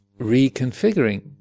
reconfiguring